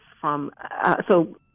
from—so